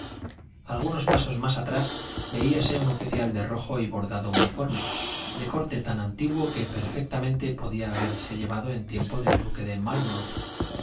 algunos pasos más atrás veíase un oficial de rojo y bordado uniforme de corte tan antiguo que perfectamente podía haberse llevado en tiempo del duque de